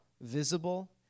visible